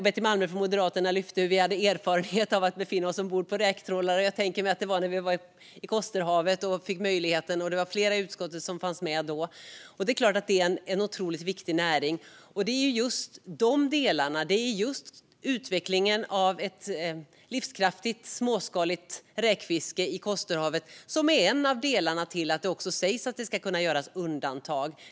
Betty Malmberg från Moderaterna lyfte fram våra erfarenheter av att befinna oss ombord på en räktrålare. Jag tänker mig att det var när vi var i Kosterhavet och där flera i utskottet fanns med. Det är klart att räktrålning är en otroligt viktig näring. Det är just utvecklingen av ett livskraftigt, småskaligt räkfiske i Kosterhavet som är en av anledningarna till att det sägs att det ska kunna göras undantag.